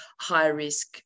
high-risk